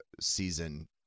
season